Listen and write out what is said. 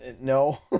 No